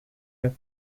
have